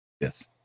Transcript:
Yes